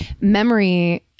memory